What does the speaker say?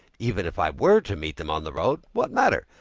even if i were to meet them on the road, what matter?